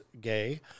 gay